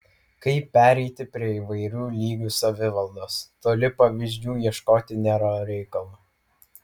kaip pereiti prie įvairių lygių savivaldos toli pavyzdžių ieškoti nėra reikalo